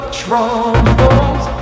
troubles